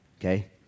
okay